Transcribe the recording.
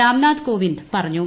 രാംനാഥ് കോവിന്ദ് പറഞ്ഞു